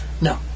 No